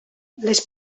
les